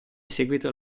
seguito